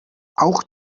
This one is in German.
auch